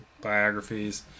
biographies